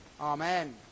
Amen